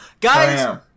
Guys